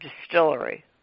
distillery